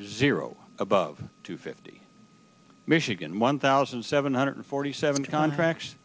zero above to fifty michigan one thousand seven hundred forty seven contracts